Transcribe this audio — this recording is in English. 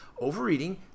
Overeating